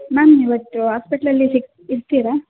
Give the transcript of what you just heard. ma'am ಇವತ್ತು ಹಾಸ್ಪೆಟ್ಲಲ್ಲಿ ಸಿಗು ಇರ್ತೀರಾ